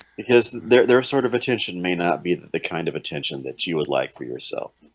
because they're they're sort of attention may not be that the kind of attention that you would like for yourself